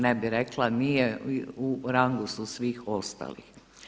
Ne bi rekla, nije u rangu su svih ostalih.